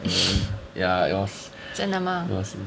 and then ya it was it was